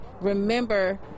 remember